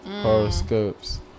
Horoscopes